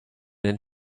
and